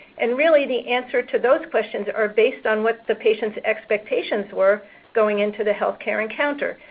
and really, the answer to those questions are based on what the patient's expectations were going into the healthcare encounter.